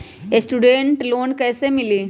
Student loan कैसे मिली?